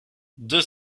deux